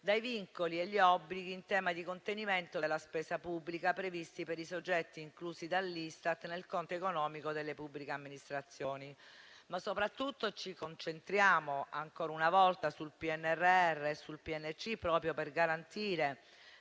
dai vincoli e dagli obblighi in tema di contenimento della spesa pubblica previsti per i soggetti inclusi dall'Istat nel conto economico delle pubbliche amministrazioni. Soprattutto, ci concentriamo ancora una volta sul PNRR e sul PNC, proprio per garantire